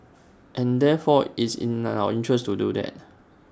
and therefore it's in our interest to do that